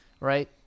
Right